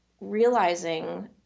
realizing